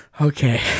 okay